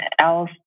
else